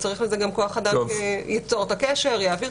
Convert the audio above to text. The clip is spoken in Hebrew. זה תקציב ייעודי נוסף,